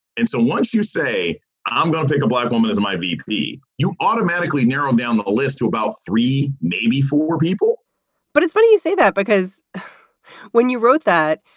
and so once you say i'm going to take a black woman as my v p, you automatically narrow down the list to about three, maybe four people but it's funny you say that, because when you wrote that,